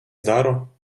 daru